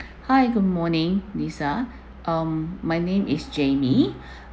hi good morning lisa um my name is jamie